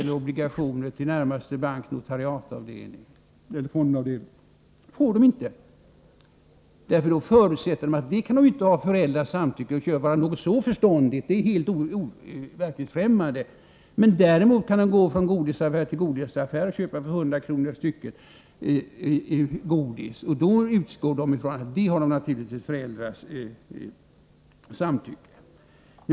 De får inte köpa några värdepapper, för man förutsätter tydligen att de inte kan ha föräldrarnas samtycke till att köpa någonting så förståndigt och anser att ett samtycke till detta är något helt verklighetsfrämmande. Däremot kan barnen gå från godisaffär till godisaffär och köpa för hundra kronor snask. Då utgår man ifrån att de har föräldrarnas samtycke.